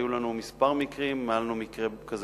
היו לנו כמה מקרים, היה לנו מקרה כזה